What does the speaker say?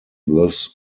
thus